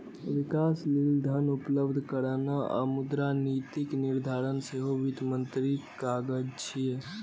विकास लेल धन उपलब्ध कराना आ मुद्रा नीतिक निर्धारण सेहो वित्त मंत्रीक काज छियै